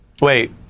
Wait